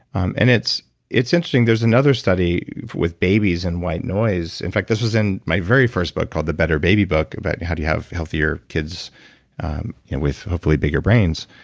um and it's it's interesting, there's another study with babies and white noise. in fact, this was in my very first book called the better baby book, about how do you have healthier kids with, hopefully, bigger brains.